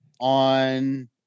on